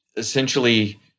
essentially